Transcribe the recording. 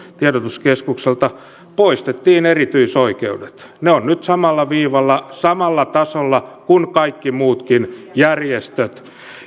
tiedotuskeskukselta poistettiin erityisoikeudet ne ovat nyt samalla viivalla samalla tasolla kuin kaikki muutkin järjestöt